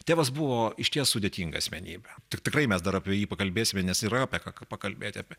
tėvas buvo išties sudėtinga asmenybė tik tikrai mes dar apie jį pakalbėsime nes yra apie ką pakalbėti apie